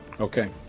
Okay